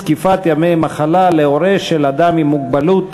זקיפת ימי מחלה להורה של אדם עם מוגבלות),